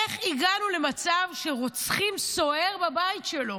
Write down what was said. איך הגענו למצב שרוצחים סוהר בבית שלו?